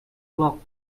clock